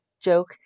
joke